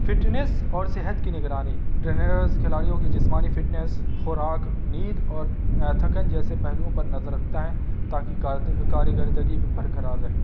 fitness اور صحت کی نگرانی ٹرینرز کھلاڑیوں کی جسمانی فٹنیس خوراک نیند اور تھکن جیسے پہلوؤں پر نظر رکھتا ہے تاکہ کار کارکردگی برقرار رہے